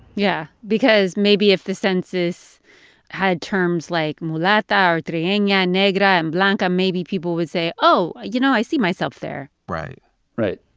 yeah. because maybe if the census had terms like mulatta or triguena, and yeah negra and blanca, maybe people would say, oh, you know, i see myself there. right right.